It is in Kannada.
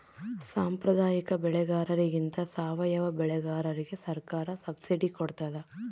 ಸಾಂಪ್ರದಾಯಿಕ ಬೆಳೆಗಾರರಿಗಿಂತ ಸಾವಯವ ಬೆಳೆಗಾರರಿಗೆ ಸರ್ಕಾರ ಸಬ್ಸಿಡಿ ಕೊಡ್ತಡ